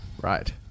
Right